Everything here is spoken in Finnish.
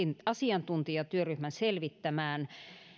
asiantuntijatyöryhmän selvittämään